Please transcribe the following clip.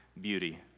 beauty